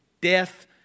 death